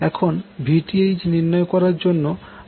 এখন VThনির্ণয় করার জন্য আমাদের কি করার প্রয়োজন